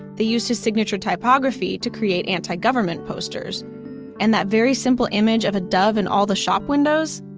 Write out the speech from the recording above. they used his signature typography to create anti-government posters and that very simple image of a dove in all the shop windows?